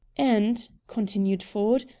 and, continued ford,